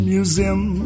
Museum